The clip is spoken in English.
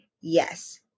Yes